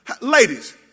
Ladies